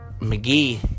McGee